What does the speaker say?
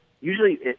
usually